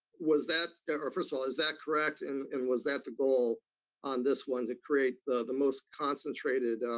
was that, or, first of all, is that correct, and and was that the goal on this one, to create the the most concentrated